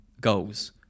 goals